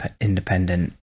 independent